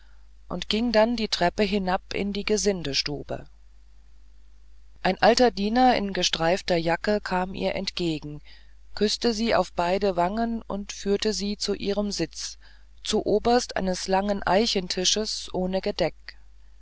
und ging dann die treppe hinab in die gesindestube ein alter diener in gestreifter jacke kam ihr entgegen küßte sie auf beide wangen und führte sie zu ihrem sitz zuoberst eines langen eichentisches ohne gedeck